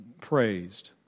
praised